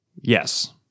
yes